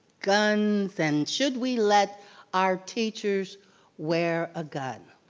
guns and should we let our teachers wear a gun.